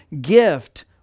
gift